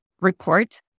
report